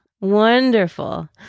Wonderful